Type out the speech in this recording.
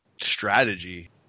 strategy